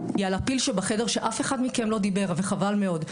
היא על הפיל שבחדר שאף אחד מכם לא דיבר עליו וחבל מאוד.